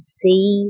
see